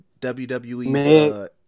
WWE's